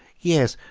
yes,